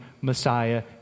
Messiah